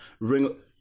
Ring